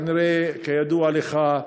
כידוע לך,